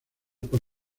por